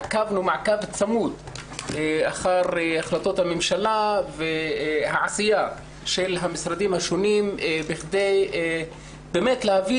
עקבנו מעקב צמוד אחר החלטות הממשלה והעשייה של המשרדים השונים כדי להביא